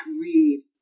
read